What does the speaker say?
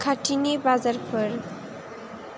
खाथिनि बाजारफोर